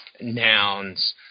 nouns